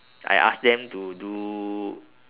I ask them to do